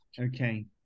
Okay